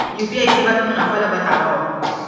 UPI सेवा के मुनाफा ल बतावव?